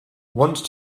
once